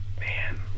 Man